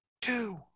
Two